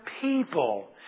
people